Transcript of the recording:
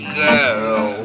girl